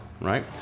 right